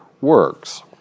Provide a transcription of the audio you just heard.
works